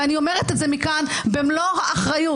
ואני אומרת זאת מכאן במלוא האחריות.